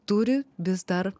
turi vis dar